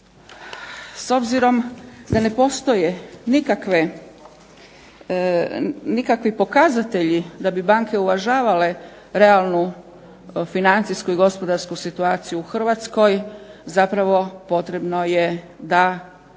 S obzirom da ne postoje nikakvi pokazatelji da bi banke uvažavale realnu financijsku i gospodarsku situaciju u Hrvatskoj, zapravo potrebno je da